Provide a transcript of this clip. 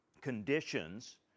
conditions